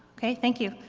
ok, thank you.